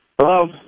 Hello